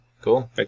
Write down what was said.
Cool